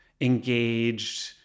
engaged